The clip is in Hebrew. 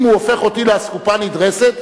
אם הוא הופך אותי לאסקופה נדרסת,